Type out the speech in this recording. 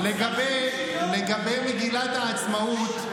לגבי מגילת העצמאות,